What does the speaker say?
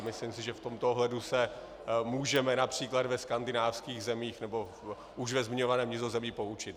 Myslím, že v tomto ohledu se můžeme např. ve skandinávských zemích nebo v už zmiňovaném Nizozemí poučit.